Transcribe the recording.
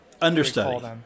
Understudy